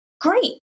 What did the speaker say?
great